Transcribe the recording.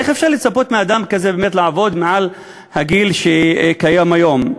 איך אפשר לצפות מאדם כזה באמת לעבוד מעל הגיל שקיים היום?